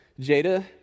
Jada